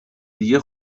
دیگه